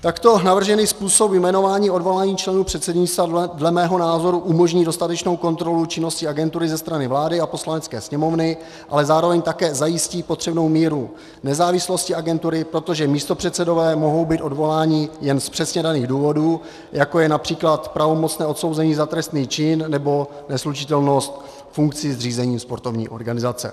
Takto navržený způsob jmenování, odvolání členů předsednictva dle mého názoru umožní dostatečnou kontrolu činnosti agentury ze strany vlády a Poslanecké sněmovny, ale zároveň také zajistí potřebnou míru nezávislosti agentury, protože místopředsedové mohou být odvoláni jen z přesně daných důvodů, jako je například pravomocné odsouzení za trestný čin nebo neslučitelnost funkcí s řízením sportovní organizace.